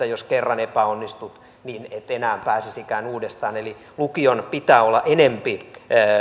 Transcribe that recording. jos kerran epäonnistut niin et enää pääsisikään uudestaan eli lukion pitää olla enempi